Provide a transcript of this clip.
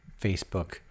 Facebook